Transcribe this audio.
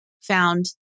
found